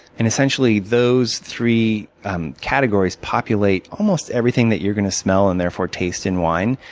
and essentially, those three categories populate almost everything that you're going to smell and, therefore, taste in wine.